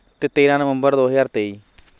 ਅਤੇ ਤੇਰ੍ਹਾਂ ਨਵੰਬਰ ਦੋ ਹਜ਼ਾਰ ਤੇਈ